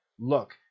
look